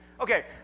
Okay